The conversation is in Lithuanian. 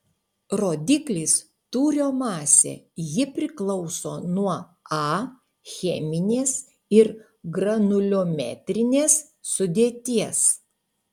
rodiklis tūrio masė ji priklauso nuo a cheminės ir granuliometrinės sudėties